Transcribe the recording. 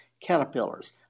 caterpillars